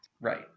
Right